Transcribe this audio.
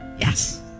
Yes